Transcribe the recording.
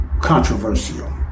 controversial